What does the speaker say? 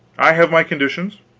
i have my conditions?